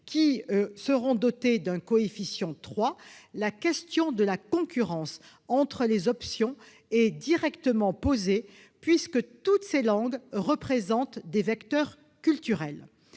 qui seront dotées d'un coefficient 3, la question de la concurrence entre les options est directement posée puisque toutes ces langues représentent des vecteurs culturels.